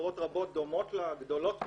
חברות רבות דומות לה, גדולות ממנה,